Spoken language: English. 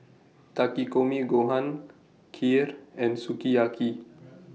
Takikomi Gohan Kheer and Sukiyaki